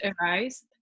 arise